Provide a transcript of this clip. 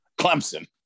Clemson